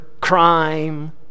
crime